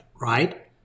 right